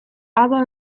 aber